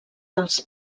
dels